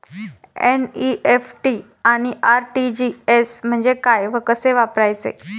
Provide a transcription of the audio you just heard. NEFT आणि RTGS म्हणजे काय व कसे वापरायचे?